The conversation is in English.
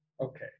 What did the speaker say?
okay